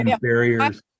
barriers